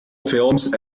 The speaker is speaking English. films